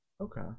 Okay